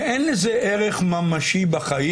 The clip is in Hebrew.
אין לזה ערך ממשי בחיים.